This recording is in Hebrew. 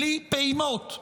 בלי פעימות,